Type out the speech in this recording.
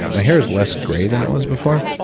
my hair's less gray than it was before,